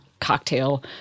cocktail